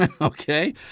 okay